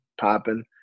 popping